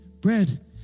bread